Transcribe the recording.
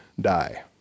die